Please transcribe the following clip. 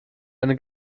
eine